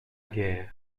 guerre